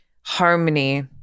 harmony